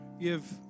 give